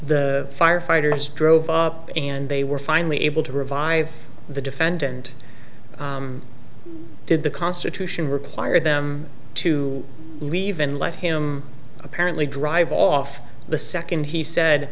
the firefighters drove up and they were finally able to revive the defendant did the constitution require them to leave and let him apparently drive off the second he said